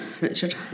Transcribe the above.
Richard